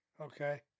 Okay